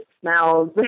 smells